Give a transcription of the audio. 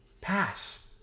pass